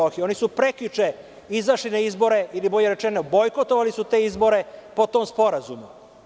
Oni su prekjuče izašli na izbore ili bolje rečeno bojkotovali su te izbore, potom sporazum.